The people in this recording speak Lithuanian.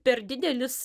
per didelis